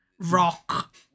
Rock